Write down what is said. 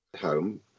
home